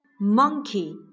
Monkey